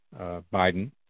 Biden